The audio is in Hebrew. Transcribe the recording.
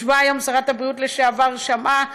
ישבה היום שרת הבריאות לשעבר, שמעה.